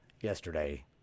yesterday